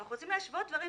אנחנו רוצים להשוות דברים,